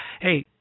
Hey